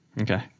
Okay